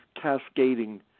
cascading